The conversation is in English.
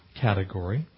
category